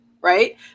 right